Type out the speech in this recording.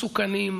מסוכנים,